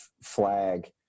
flag